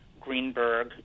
greenberg